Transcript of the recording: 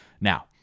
now